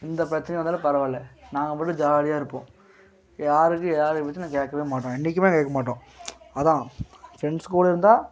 எந்த பிரச்சினை வந்தாலும் பரவாயில்ல நாங்கள் மட்டும் ஜாலியாக இருப்போம் யாருக்கும் யாரு பேச்சும் நான் கேட்கவே மாட்டோம் இன்றைக்குமே கேட்க மாட்டோம் அதுதான் ஃப்ரெண்ட்ஸ் கூட இருந்தால்